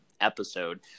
episode